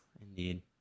indeed